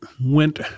went